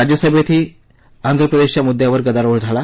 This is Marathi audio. राज्यसभेतही आंध्र प्रदेशाच्या मुद्द्यावर गदारोळ झाला